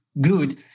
good